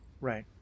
Right